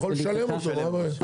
הוא יכול לשלם אותו, מה הבעיה?